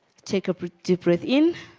take a bit different in